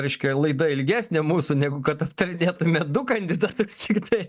reiškia laida ilgesnė mūsų negu kad aptarinėtume du kandidatus tiktai